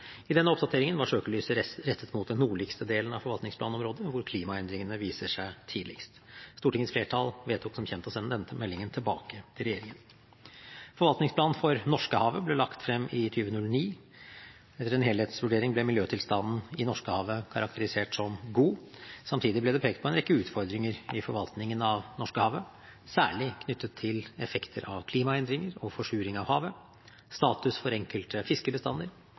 I denne oppdateringen var søkelyset rettet mot den nordligste delen av forvaltningsplanområdet, hvor klimaendringene viser seg tidligst. Stortingets flertall vedtok som kjent å sende denne meldingen tilbake til regjeringen. Forvaltningsplanen for Norskehavet ble lagt frem i 2009. Etter en helhetsvurdering ble miljøtilstanden i Norskehavet karakterisert som god. Samtidig ble det pekt på en rekke utfordringer i forvaltningen av Norskehavet, særlig knyttet til effekter av klimaendringer og forsuring av havet, status for enkelte fiskebestander,